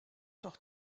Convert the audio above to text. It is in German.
doch